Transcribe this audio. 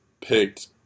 picked